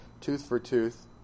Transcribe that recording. tooth-for-tooth